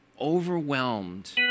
overwhelmed